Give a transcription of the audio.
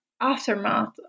aftermath